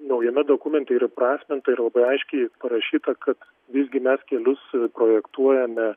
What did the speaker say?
naujame dokumente ir įprasminta ir labai aiškiai parašyta kad visgi mes kelius projektuojame